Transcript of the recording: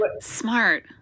Smart